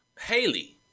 Haley